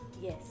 Yes